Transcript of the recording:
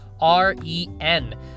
R-E-N